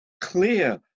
clear